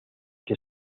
que